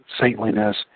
saintliness